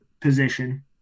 position